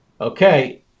Okay